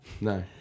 no